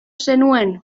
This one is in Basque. zenuen